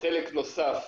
חלק נוסף